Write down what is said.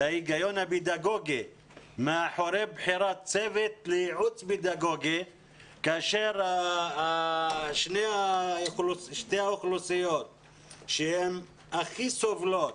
מאחורי בחירת צוות לייעוץ פדגוגי כאשר שתי האוכלוסיות שהכי סובלות